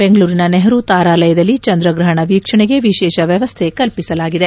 ಬೆಂಗಳೂರಿನ ನೆಹರು ತಾರಾಲಯದಲ್ಲಿ ಚಂದ್ರಗ್ರಹಣ ವೀಕ್ಷಣೆಗೆ ವಿಶೇಷ ವ್ಯವಸ್ಥೆ ಕಲ್ಪಿಸಲಾಗಿದೆ